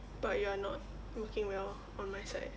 but you are not looking well on my side